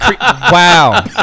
wow